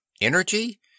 Energy